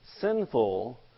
sinful